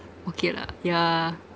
okay lah yeah